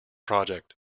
project